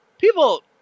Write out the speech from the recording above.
people